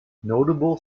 notable